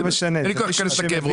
אין לי כוח להיכנס לזה".